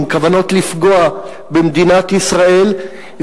עם כוונות לפגוע במדינת ישראל,